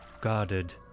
guarded